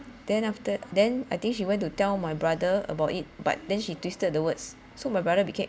then after then I think she went to tell my brother about it but then she twisted the words so my brother became